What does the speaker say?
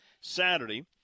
Saturday